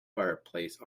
fireplace